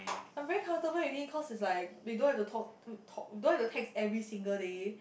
I'm very comfortable already cause is like they don't have to talk um talk you don't have to text every single day